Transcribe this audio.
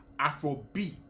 Afrobeat